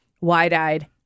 wide-eyed